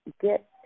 Get